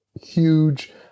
huge